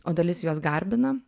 o dalis juos garbina